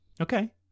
okay